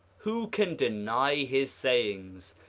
who can deny his sayings?